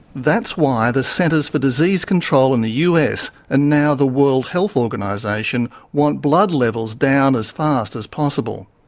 that's why the centers for disease control in the us and now the world health organisation want blood levels down as fast as possible.